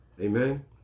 Amen